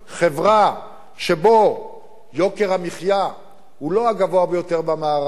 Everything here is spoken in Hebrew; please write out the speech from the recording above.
חברה שבה יוקר המחיה הוא לא הגבוה ביותר במערב,